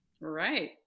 right